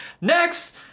next